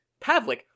Pavlik